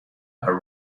are